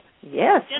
Yes